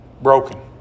Broken